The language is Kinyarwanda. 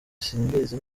simbizi